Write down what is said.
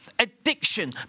addiction